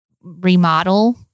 remodel